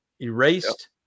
erased